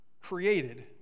Created